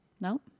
No